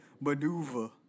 maneuver